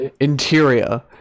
Interior